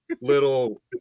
little